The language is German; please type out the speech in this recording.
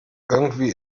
irgendwie